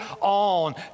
on